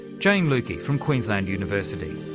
jayne lucke, from queensland university.